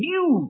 New